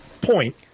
Point